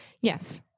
Yes